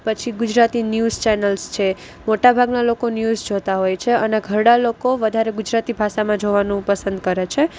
પછી Gujarati news channels છે મોટા ભાગના લોકો ન્યૂઝ જોતા હોય છે અને ઘરડા લોકો વધારે ગુજરાતી ભાષામાં જોવાનું પસંદ કરે છે